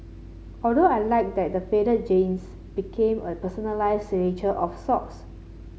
although I liked that the faded jeans became a personalised signature of sorts